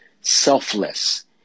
selfless